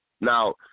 Now